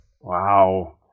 Wow